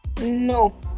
No